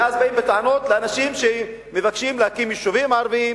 ואז באים בטענות לאנשים שמבקשים להקים יישובים ערביים,